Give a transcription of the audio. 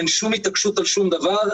אין שום התעקשות על שום דבר,